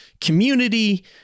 community